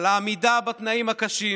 על העמידה בתנאים הקשים,